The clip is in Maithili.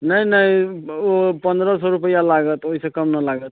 नहि नहि ओ पंद्रह सए रूपैआ लागत ओहिसँ कम नहि लागत